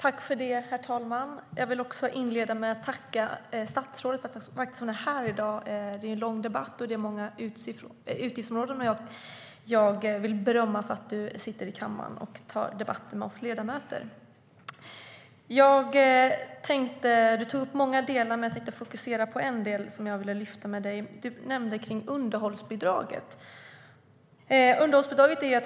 Herr talman! Jag vill inleda med att tacka statsrådet för att hon är här i dag. Det är en lång debatt som rör många utgiftsområden. Jag vill berömma statsrådet för att hon tar debatten i kammaren med oss ledamöter. Du tog upp många delar, statsrådet. Jag tänkte fokusera på och lyfta fram en av dem. Du nämnde underhållsbidraget.